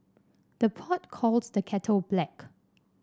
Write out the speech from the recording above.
the pot calls the kettle black